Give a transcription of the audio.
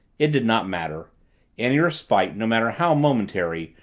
it did not matter any respite, no matter how momentary,